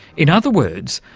in other words,